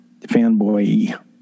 fanboy